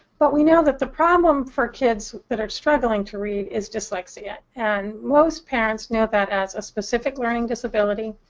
but we know that the problem for kids that are struggling to read is dyslexia. and most parents know that as a specific learning disability,